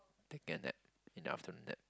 taking a nap in the afternoon nap